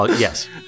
Yes